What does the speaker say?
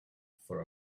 for